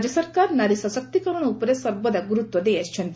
ରାଜ୍ୟ ସରକାର ନାରୀ ସଶକ୍ତି ଉପରେ ସର୍ବଦା ଗୁରୁତ୍ୱ ଦେଇଆସିଛନ୍ତି